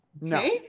No